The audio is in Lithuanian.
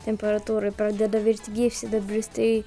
temperatūroj pradeda virti gyvsidabris tai